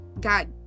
God